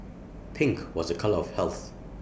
pink was A colour of health